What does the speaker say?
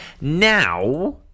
Now